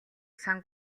сан